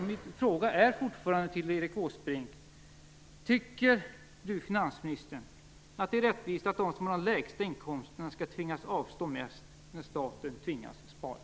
Min fråga till Erik Åsbrink är fortfarande: Tycker finansministern att det är rättvist att de som har de lägsta inkomsterna skall tvingas avstå mest när staten tvingas spara?